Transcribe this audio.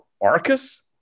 Arcus